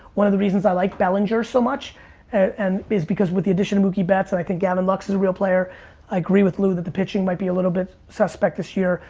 one of the reasons i like bellinger so much and is because with the addition of mookie betts and i think gavin lux is a real player. i agree with lou that the pitching might be a little bit suspect this year.